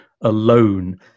alone